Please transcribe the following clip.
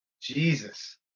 Jesus